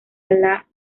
ala